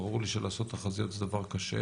ברור לי שלעשות תחזיות זה דבר קשה,